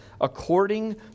according